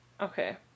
okay